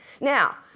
Now